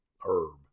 herb